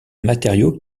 matériau